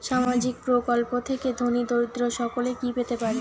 সামাজিক প্রকল্প থেকে ধনী দরিদ্র সকলে কি পেতে পারে?